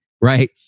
Right